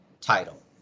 title